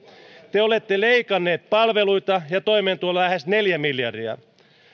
te olette leikanneet palveluita ja toimeentuloa lähes neljä miljardia